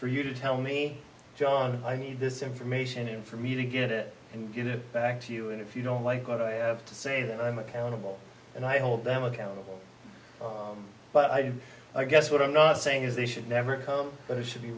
for you to tell me john i need this information in for me to get it and get it back to you and if you don't like to say that i'm accountable and i hold them accountable but i guess what i'm not saying is they should never come but it should be